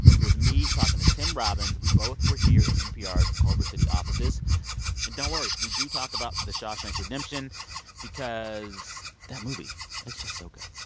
here's me talking to tim robbins. we both were here in npr's culver city offices. and don't worry, we do talk about the shawshank redemption because that movie is just so good.